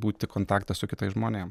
būti kontakte su kitais žmonėm